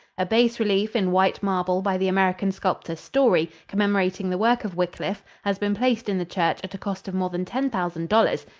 a bas-relief in white marble by the american sculptor, story, commemorating the work of wyclif, has been placed in the church at a cost of more than ten thousand dollars,